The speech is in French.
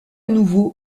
nouveau